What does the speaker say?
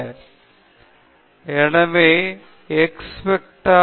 பின்னர் நீங்கள் இந்த மாதிரியைப் பொறுத்து B அணி இந்த பீட்டா ஹட் 11 என்ன